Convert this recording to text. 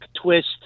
twist